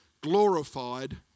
glorified